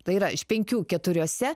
tai yra iš penkių keturiose